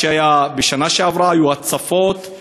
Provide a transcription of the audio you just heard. בשנה שעברה היו הצפות,